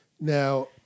Now